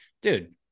dude